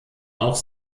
auch